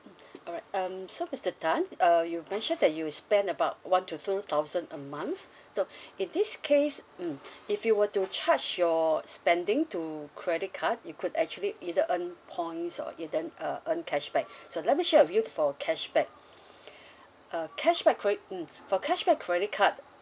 alright um so mister tan uh you mentioned that you spent about one to two thousand a month so in this case mm if you were to charge your spending to credit card you could actually either earn points or either uh earn cashback so let me share with you for cashback uh cashback cre~ mm for cashback credit card